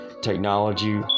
Technology